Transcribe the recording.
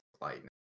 lightning